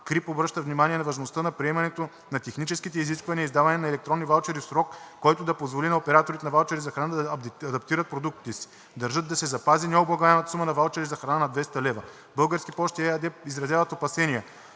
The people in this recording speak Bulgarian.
КРИБ обръщат внимание на важността на приемането на техническите изисквания за издаване на електронни ваучери в срок, който да позволи на операторите на ваучери за храна да адаптират продуктите си. Държат да се запази необлагаемата сума на ваучерите за храна на 200 лв. „Български пощи“ ЕАД изразяват опасения,